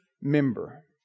member